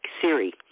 Siri